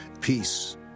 Peace